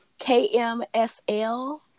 KMSL